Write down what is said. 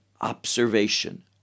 observation